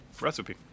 recipe